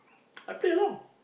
I play along